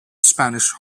spanish